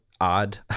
odd